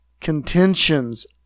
contentions